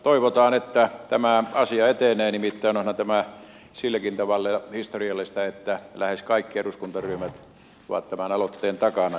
toivotaan että tämä asia etenee nimittäin onhan tämä silläkin tavalla historiallista että lähes kaikki eduskuntaryhmät ovat tämän aloitteen takana